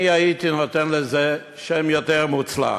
אני הייתי נותן לזה שם יותר מוצלח,